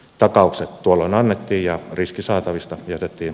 takaukset tuolloin annettiin riski saatavista jätettiin